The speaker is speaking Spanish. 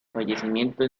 fallecimiento